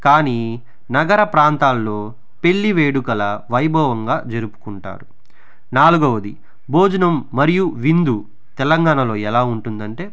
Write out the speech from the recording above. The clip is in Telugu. కానీ నగర ప్రాంతాలలో పెళ్లి వేడుకలు వైభవంగా జరుపుకుంటారు నాలుగవది భోజనం మరియు విందు తెలంగాణలో ఎలా ఉంటుంది అంటే